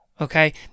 Okay